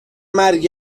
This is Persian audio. مرگ